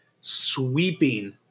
Sweeping